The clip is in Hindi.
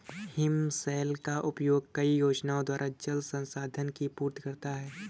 हिमशैल का उपयोग कई योजनाओं द्वारा जल संसाधन की पूर्ति करता है